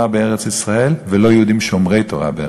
בארץ-ישראל ולא יהודים שומרי תורה בארץ-ישראל.